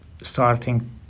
starting